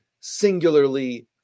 singularly